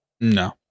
No